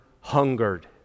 hungered